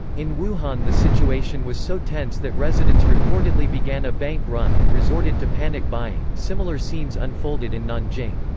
in wuhan the situation was so tense that residents reportedly began a bank run and resorted to panic-buying similar scenes unfolded in nanjing.